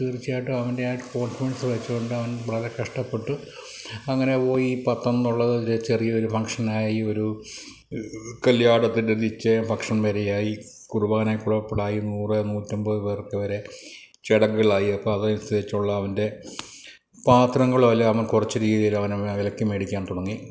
തീർച്ചയായിട്ടും അവൻ്റെ ആ കോൺഫിഡൻസ് വച്ചുകൊണ്ട് അവൻ വളരെ കഷ്ടപ്പെട്ട് അങ്ങനെ പോയി പത്തെന്നുള്ളത് ചെറിയൊരു ഫങ്ഷനായി ഒരു കല്യാണത്തിൻ്റെ നിശ്ചയം ഭക്ഷണം വരെയായി കുർബാനക്കുൾപ്പെടെയായി നൂറ് നൂറ്റമ്പത് പേർക്ക് വരെ ചടങ്ങുകളായി അപ്പോള് അതനുസരിച്ചുള്ള അവൻ്റെ പാത്രങ്ങളും അല്ലെങ്കില് അവൻ കുറച്ച് രീതിയില് അവൻ വിലയ്ക്കു മേടിക്കാൻ തുടങ്ങി